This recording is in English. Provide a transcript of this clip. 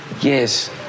yes